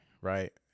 Right